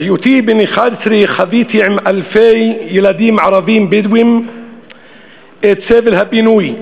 בהיותי בן 11 חוויתי עם אלפי ילדים ערבים בדואים את סבל הפינוי,